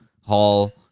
Hall